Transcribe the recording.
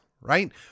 right